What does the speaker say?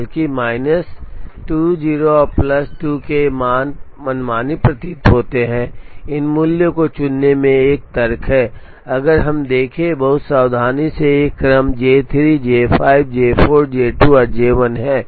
हालांकि माइनस 20 और प्लस 2 के ये मान मनमानी प्रतीत होते हैं इन मूल्यों को चुनने में एक तर्क है अगर हम देखें बहुत सावधानी से ये क्रम J3 J5 J4 J2 और J1 हैं